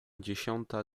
dziesiąta